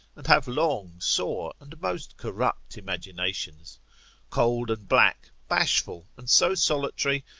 and have long, sore, and most corrupt imaginations cold and black, bashful, and so solitary,